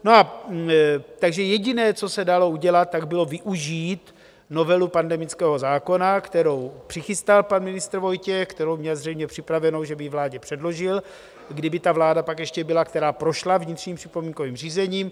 No a takže jediné, co se dalo udělat, bylo využít novelu pandemického zákona, kterou přichystal pan ministr Vojtěch, kterou měl zřejmě připravenou, že by ji vládě předložil, kdyby ta vláda pak ještě byla, která prošla vnitřním připomínkovým řízením.